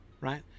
right